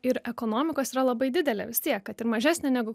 ir ekonomikos yra labai didelė vis tiek kad ir mažesnė negu